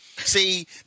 See